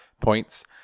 points